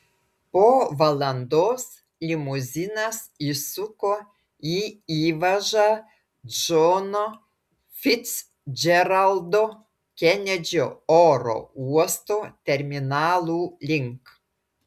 po valandos limuzinas įsuko į įvažą džono ficdžeraldo kenedžio oro uosto terminalų link